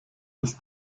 des